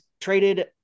traded